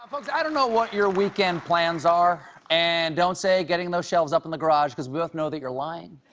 folks, don't know what your weekend plans are. and don't say getting those shelves up in the garage because we both know that you're lying.